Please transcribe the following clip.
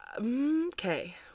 Okay